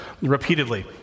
repeatedly